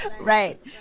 Right